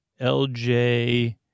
LJ